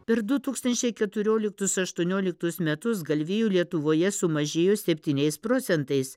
per du tūkstančiai keturioliktus aštuonioliktus metus galvijų lietuvoje sumažėjo septyniais procentais